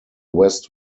west